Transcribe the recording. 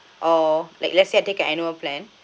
or like let's say I take the annual plan